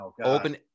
Open